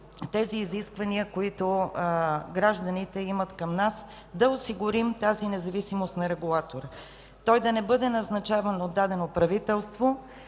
тези изисквания, които гражданите имат към нас – да осигурим тази независимост на регулатора, той да не бъде назначаван от дадено правителство